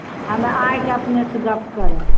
हमे आइके अपनेसे गप्प करब